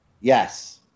Yes